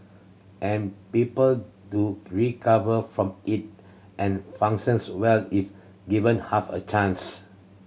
and people do recover from it and functions well if given half a chance